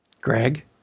Greg